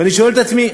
ואני שואל את עצמי,